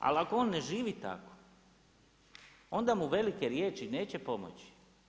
Ali ako on ne živi tako, onda mu velike riječi neće pomoći.